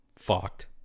fucked